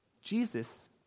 Jesus